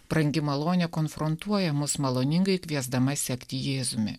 brangi malonė konfrontuoja mus maloningai kviesdama sekti jėzumi